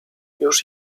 już